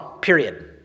period